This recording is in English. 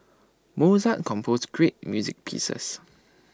Mozart composed great music pieces